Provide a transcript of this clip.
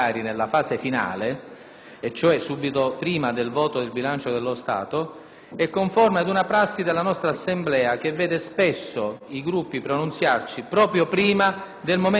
è conforme ad una prassi della nostra Assemblea che vede spesso i Gruppi pronunziarsi proprio prima del momento conclusivo della complessa procedura di esame della finanziaria e del bilancio.